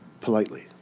politely